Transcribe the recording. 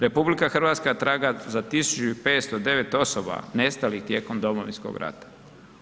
RH traga za 1509 osoba nestalih tijekom Domovinskog rata.